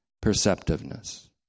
perceptiveness